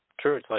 true